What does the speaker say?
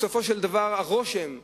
בסופו של דבר, הרושם נשאר.